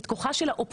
את כוחה של האופוזיציה,